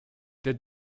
der